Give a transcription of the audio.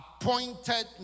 appointed